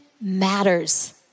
matters